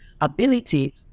ability